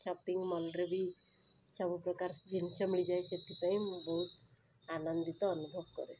shopping ମଲରେ ବି ସବୁପ୍ରକାର ଜିନିଷ ମିଳିଯାଏ ସେଥିପାଇଁ ମୁଁ ବହୁତ ଆନନ୍ଦିତ ଅନୁଭବ କରେ